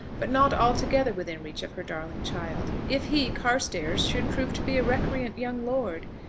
but not altogether within reach of her darling child. if he, carstairs, should prove to be a recreant young lord!